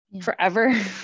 forever